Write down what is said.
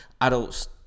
adults